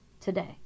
today